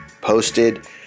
posted